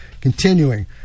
Continuing